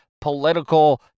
political